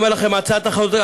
עבודה באמת,